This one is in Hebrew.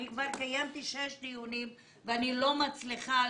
אני כבר קיימתי שישה דיונים ואני לא מצליחה